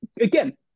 again